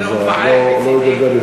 כבוד השר.